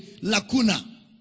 lacuna